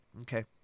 Okay